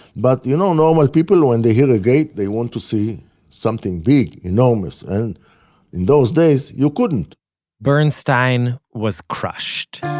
but you know, normal people when they hear a gate they want to see something big, enormous. and, in those days, you couldn't bernstein was crushed.